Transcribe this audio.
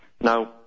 now